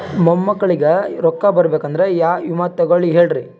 ಮೊಮ್ಮಕ್ಕಳಿಗ ರೊಕ್ಕ ಬರಬೇಕಂದ್ರ ಯಾ ವಿಮಾ ತೊಗೊಳಿ ಹೇಳ್ರಿ?